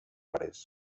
hores